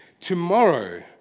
Tomorrow